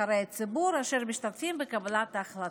נבחרי ציבור אשר משתתפים בקבלת ההחלטות.